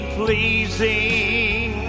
pleasing